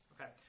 Okay